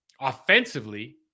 offensively